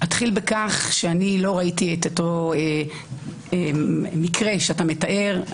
לא ראיתי את המקרה שאתה מתאר.